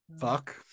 fuck